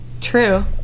True